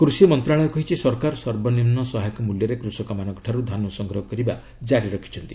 କୃଷି ମନ୍ତଶାଳୟ କହିଛି ସରକାର ସର୍ବନିମ୍ନ ସହାୟକ ମୂଲ୍ୟରେ କୃଷକମାନଙ୍କ ଠାରୁ ଧାନ ସଂଗ୍ରହ କରିବା ଜାରି ରଖିଛନ୍ତି